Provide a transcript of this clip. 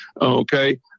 okay